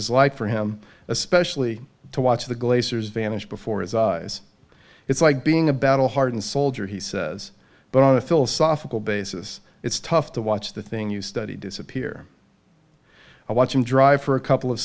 is like for him especially to watch the glaciers vanish before his eyes it's like being a battle hardened soldier he says but on a philosophical basis it's tough to watch the thing you study disappear i watch him drive for a couple of